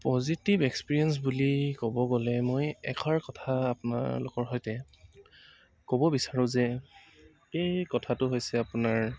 positive experience বুলি ক'ব গ'লে মই এষাৰ কথা আপোনালোকৰ সৈতে ক'ব বিচাৰোঁ যে এই কথাটো হৈছে আপোনাৰ